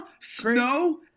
snow